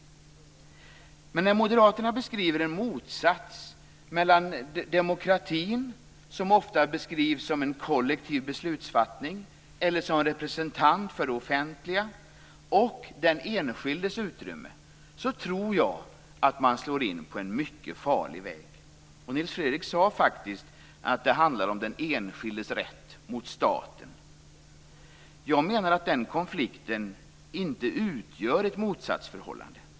Men moderaterna beskriver en motsats mellan demokratin, som ofta beskrivs som ett kollektivt beslutsfattande eller som en representant för det offentliga, och den enskildes utrymme. Då tror jag att man slår in på en mycket farlig väg. Nils Fredrik Aurelius sade faktiskt att det handlar om den enskildes rätt mot staten. Jag anser att den konflikten inte utgör något motsatsförhållande.